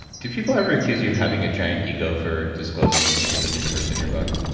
do people ever accuse you of having a giant ego for disclosing the secrets of the universe in your book?